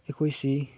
ꯑꯩꯈꯣꯏꯁꯤ